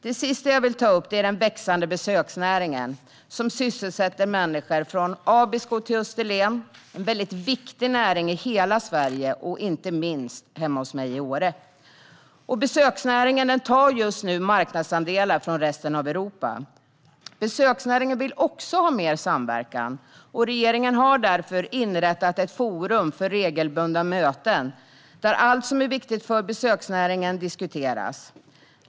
Det sista jag vill ta upp är den växande besöksnäringen, som sysselsätter människor från Abisko till Österlen. Det är en viktig näring i hela Sverige, inte minst hemma hos mig i Åre. Besöksnäringen tar just nu marknadsandelar från resten av Europa. Besöksnäringen vill ha mer samverkan, och regeringen har därför inrättat ett forum för regelbundna möten där allt som är viktigt för besöksnäringen diskuteras.